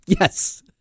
Yes